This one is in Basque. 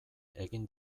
egin